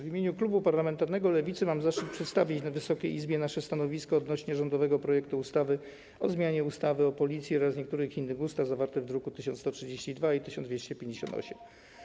W imieniu klubu parlamentarnego Lewicy mam zaszczyt przedstawić Wysokiej Izbie nasze stanowisko w sprawie rządowego projektu ustawy o zmianie ustawy o Policji oraz niektórych innych ustaw, druki nr 1132 i 1258.